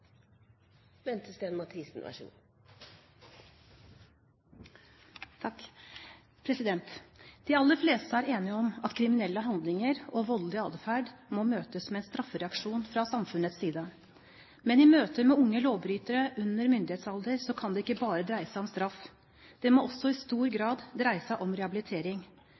Bente Stein Mathisen er første taler, istedenfor sakens ordfører, Hårek Elvenes. De aller fleste er enige om at kriminelle handlinger og voldelig atferd må møtes med straffereaksjon fra samfunnets side. Men i møte med unge lovbrytere under myndighetsalder kan det ikke bare dreie seg om straff, det må også i stor grad dreie seg om rehabilitering.